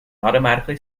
automatically